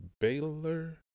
Baylor